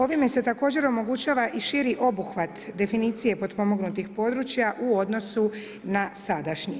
Ovime se također omogućava i širi obuhvat definicije potpomognutih područja u odnosu na sadašnji.